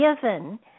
given